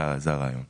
זה הרעיון.